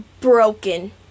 broken